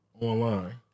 online